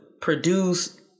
produce